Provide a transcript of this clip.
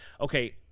okay